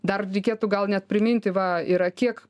dar reikėtų gal net priminti va yra kiek